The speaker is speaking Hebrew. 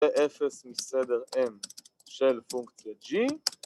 ‫באפס מסדר M של פונקציית G.